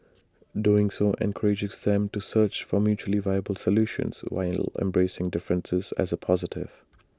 doing so encourages them to search for mutually valuable solutions while embracing differences as A positive